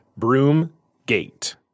Broomgate